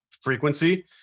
frequency